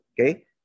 okay